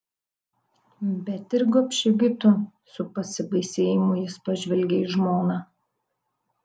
bet ir gobši gi tu su pasibaisėjimu jis pažvelgė į žmoną